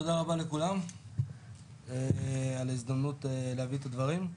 תודה רבה לכולם על ההזדמנות להביא את הדברים.